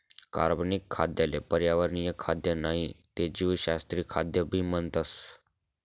कार्बनिक खाद्य ले पर्यावरणीय खाद्य नाही ते जीवशास्त्रीय खाद्य भी म्हणतस